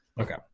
Okay